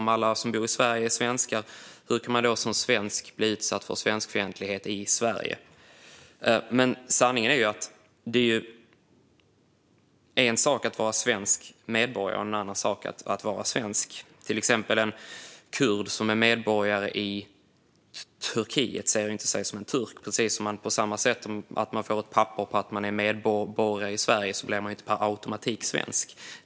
Om alla som bor i Sverige är svenskar, hur kan man då som svensk bli utsatt för svenskfientlighet i Sverige? Men sanningen är ju att det är en sak att vara svensk medborgare och en annan sak att vara svensk. En kurd som är medborgare i Turkiet ser sig till exempel inte som turk. På samma sätt blir man inte per automatik svensk bara för att man får papper på att man är medborgare i Sverige.